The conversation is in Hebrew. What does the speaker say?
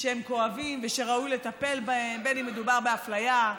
שהם כואבים ושראוי לטפל בהם, בין שמדובר באפליה,